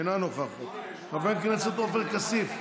אינה נוכחת, חבר הכנסת עופר כסיף,